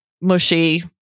mushy